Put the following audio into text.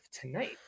tonight